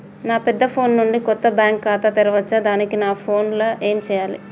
నా పెద్ద ఫోన్ నుండి కొత్త బ్యాంక్ ఖాతా తెరవచ్చా? దానికి నా ఫోన్ లో ఏం చేయాలి?